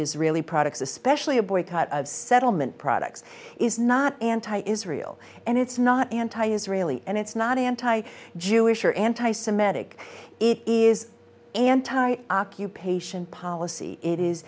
israeli products especially a boycott of settlement products is not anti israel and it's not anti israeli and it's not anti jewish or anti semitic it is anti occupation policy i